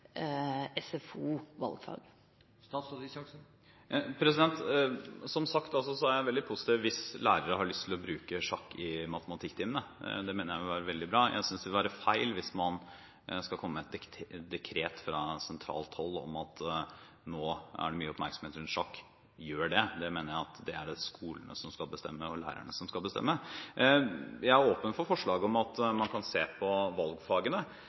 SFO valgfag. Jeg er som sagt veldig positiv hvis lærere har lyst til å bruke sjakk i matematikktimene. Det mener jeg vil være veldig bra. Men jeg synes det vil være feil hvis man skal komme med et dekret fra sentralt hold om at nå er det mye oppmerksomhet rundt sjakk, gjør det. Det mener jeg at det er skolene og lærerne som skal bestemme. Jeg er åpen for forslaget om at man kan se på valgfagene.